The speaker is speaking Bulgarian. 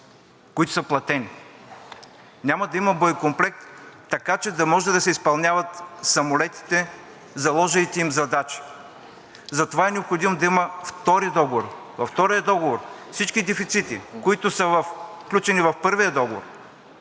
които са платени, няма да има боекомплект, така че да може да изпълняват самолетите заложените им задачи и затова е необходимо да има втори договор. Във втория договор всички дефицити, които не са включени в първия договор,